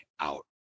out